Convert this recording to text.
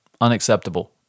Unacceptable